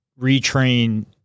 retrain